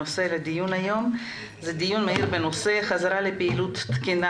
הנושא לדיון היום הוא דיון מהיר בנושא חזרה לפעילות תקינה